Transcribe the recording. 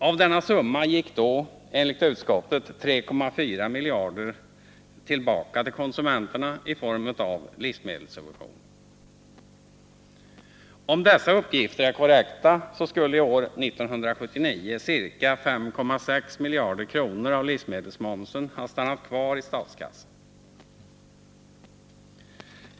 Av denna summa gick då, enligt utskottet, 3,4 miljarder tillbaka till konsumenterna i form av livsmedelssubventioner. Om dessa uppgifter är korrekta skulle år 1979 ca 5,6 miljarder kronor av livsmedelsmomsen ha stannat kvar i statskassan.